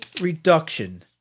reduction